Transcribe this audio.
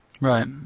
Right